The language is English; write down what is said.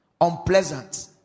unpleasant